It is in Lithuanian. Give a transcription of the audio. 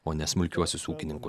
o ne smulkiuosius ūkininku